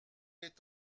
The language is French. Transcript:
est